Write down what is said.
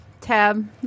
Tab